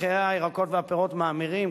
מחירי הירקות והפירות מאמירים?